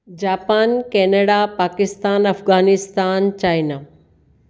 Japan Canada Pakistan Afghanistan China